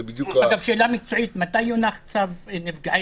זה בדיוק --- מתי יונח צו נפגעי